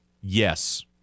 yes